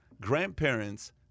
grandparents